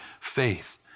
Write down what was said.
faith